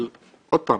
אבל עוד פעם,